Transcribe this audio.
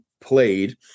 played